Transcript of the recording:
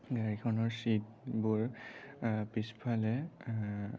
গাড়ীখনৰ চীটবোৰ পিছফালে